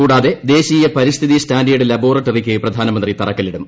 കൂടാതെ ദേശീയ പരിസ്ഥിതി സ്റ്റാൻഡേർഡ് ലബോറട്ടറിക്ക് പ്രധാനമന്ത്രി തറക്കില്ലിടും